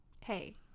hey